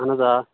اَہَن حظ آ